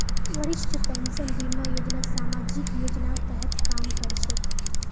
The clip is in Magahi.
वरिष्ठ पेंशन बीमा योजना सामाजिक योजनार तहत काम कर छेक